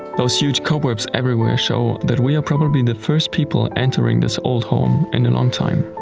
those huge cobwebs everywhere show that we are probably the first people entering this old home and and um time.